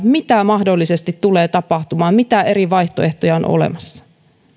mitä mahdollisesti tulee tapahtumaan mitä eri vaihtoehtoja on olemassa